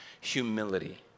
humility